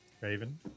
Raven